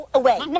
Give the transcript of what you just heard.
away